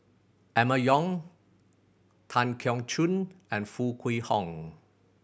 Emma Yong Tan Keong Choon and Foo Kwee Horng